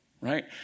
right